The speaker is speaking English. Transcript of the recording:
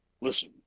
Listen